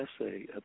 essay